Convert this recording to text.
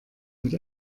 mit